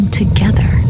together